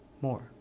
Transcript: more